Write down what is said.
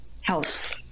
health